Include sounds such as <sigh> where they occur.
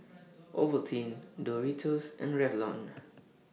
<noise> Ovaltine Doritos and Revlon